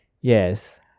Yes